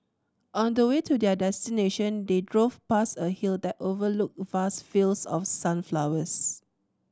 on the way to their destination they drove past a hill that overlooked vast fields of sunflowers